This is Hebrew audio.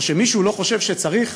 או שמישהו לא חושב שצריך?